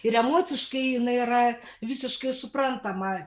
ir emociškai jinai yra visiškai suprantama